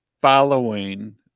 following